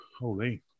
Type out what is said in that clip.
Holy